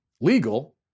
legal